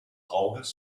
auges